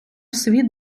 світ